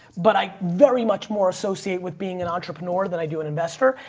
but i very much more associate with being an entrepreneur than i do an investor.